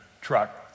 truck